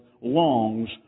longs